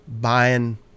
buying